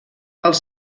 els